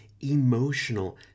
emotional